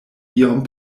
iom